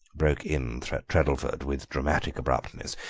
broke in treddleford, with dramatic abruptness,